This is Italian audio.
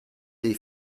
dei